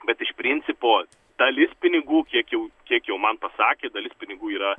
bet iš principo dalis pinigų keik jau kiek jau man pasakė dalis pinigų yra